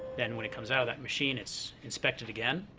then when it comes out of that machine it's inspected again,